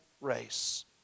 race